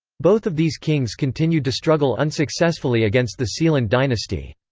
both of these kings continued to struggle unsuccessfully against the sealand dynasty.